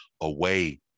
away